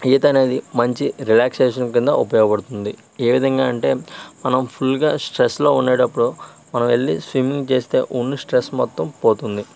ఈతనేది మంచి రిలాక్సేషన్ కింద ఉపయోగపడుతుంది ఏ విధంగా అంటే మనం ఫుల్గ స్ట్రెస్లో ఉండేటప్పుడు మనమెళ్ళి స్విమ్మింగ్ చేస్తే ఉన్న స్ట్రెస్ మొత్తం పోతుంది